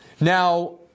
Now